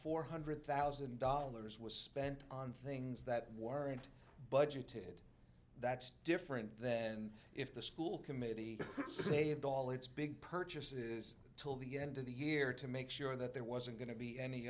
four hundred thousand dollars was spent on things that weren't budgeted that's different then if the school committee saved all its big purchases till the end of the year to make sure that there wasn't going to be any